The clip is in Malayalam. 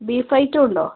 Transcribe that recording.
beef item ഉണ്ടൊ